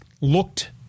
looked